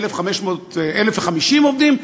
1,050 עובדים,